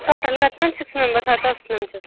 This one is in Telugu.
టోటల్గా సార్ సిక్స్ మెంబెర్స్ అయితే వస్తున్నాం సార్